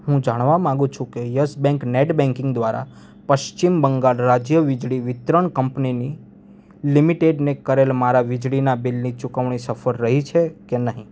હું જાણવા માગું છું કે યસ બેંક નેટ બેંકિંગ દ્વારા પશ્ચિમ બંગાળ રાજ્ય વીજળી વિતરણ કંપનીની લિમિટેડને કરેલ મારા વીજળીનાં બિલની ચુકવણી સફળ રહી છે કે નહીં